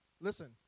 Listen